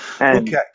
Okay